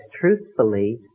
truthfully